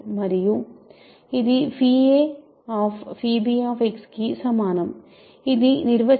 మరియు ఇది ab కి సమానం ఇది నిర్వచనం ప్రకారం a